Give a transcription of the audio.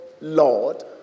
Lord